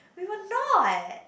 we were not